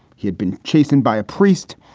he had been chastened by a priest.